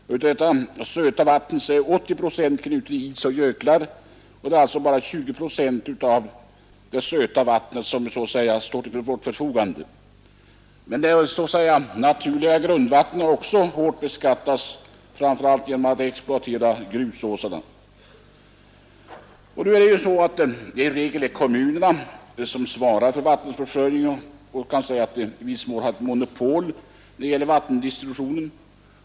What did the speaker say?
Och av det söta vattnet är 80 procent knutet till is och jöklar. Det är alltså bara 20 procent av det söta vattnet som så att säga står till vårt förfogande. Det naturliga grundvattnet har också hårt beskattats, framför allt genom att vi har exploaterat grusåsarna. I regel är det kommunerna som svarar för vattenförsörjningen. Det kan sägas att de i viss mån har monopol på vattendistributionen.